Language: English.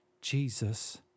Jesus